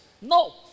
No